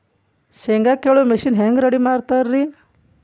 ಶೇಂಗಾ ಕೇಳುವ ಮಿಷನ್ ಹೆಂಗ್ ರೆಡಿ ಮಾಡತಾರ ರಿ?